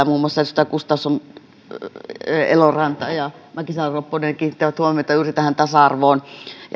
muun muassa edustajat gustafsson eloranta ja mäkisalo ropponen kiinnittivät huomiota juuri tähän tasa arvoon